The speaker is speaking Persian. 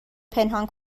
پنهان